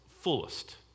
fullest